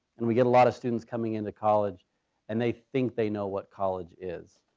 and we get a lot of students coming into college and they think they know what college is,